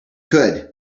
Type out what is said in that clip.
could